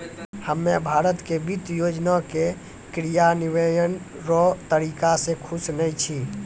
हम्मे भारत के वित्त योजना के क्रियान्वयन रो तरीका से खुश नै छी